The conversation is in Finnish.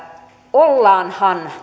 ollaanhan